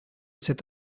cet